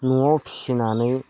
न'आव फिसिनानै